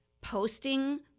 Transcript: posting